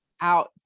out